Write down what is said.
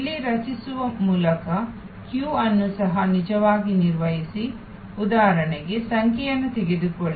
ಇಲ್ಲಿ ರಚಿಸುವ ಮೂಲಕ ಸರದಿ ಅನ್ನು ಸಹ ನಿಜವಾಗಿ ನಿರ್ವಹಿಸಿ ಉದಾಹರಣೆಗೆ ಸಂಖ್ಯೆಯನ್ನು ತೆಗೆದುಕೊಳ್ಳಿ